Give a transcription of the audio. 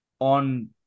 on